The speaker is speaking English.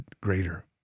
greater